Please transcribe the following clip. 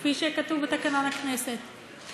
כפי שכתוב בתקנון הכנסת.